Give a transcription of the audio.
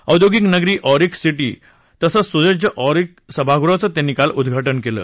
औद्योगिक नगरी AURIC city तसंच सुसज्ज ऑरिक सभागृहाचं त्यांनी काल उद्घाटन केलं